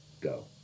go